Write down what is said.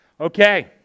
Okay